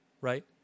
right